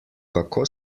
kako